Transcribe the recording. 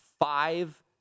five